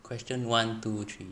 question one two three